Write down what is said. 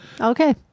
Okay